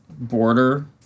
border